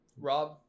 Rob